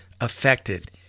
affected